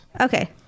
Okay